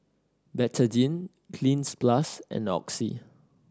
Betadine Cleanz Plus and Oxy